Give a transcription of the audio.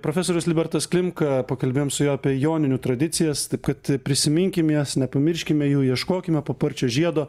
profesorius libertas klimka pakalbėjom su juo apie joninių tradicijas taip kad prisiminkim jas nepamirškime jų ieškokime paparčio žiedo